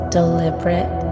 deliberate